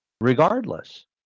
regardless